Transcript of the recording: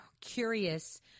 curious